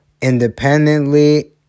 independently